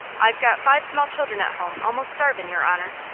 i've got five small children at home almost starvin', your honor.